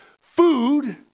food